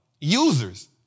Users